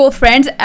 friends